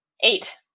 Eight